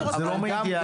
זה לא מידיעה אישית.